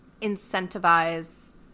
incentivize